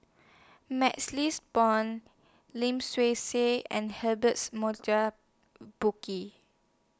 MaxLes Blond Lim Swee Say and Burkill